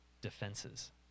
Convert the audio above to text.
defenses